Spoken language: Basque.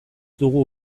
dugu